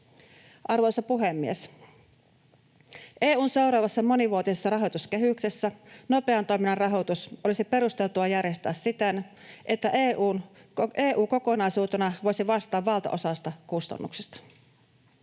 Arvoisa puhemies! EU:n seuraavassa monivuotisessa rahoituskehyksessä nopean toiminnan rahoitus olisi perusteltua järjestää siten, että EU kokonaisuutena voisi vastata valtaosasta kustannuksista.